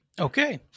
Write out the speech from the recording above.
Okay